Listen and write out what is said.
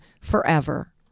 forever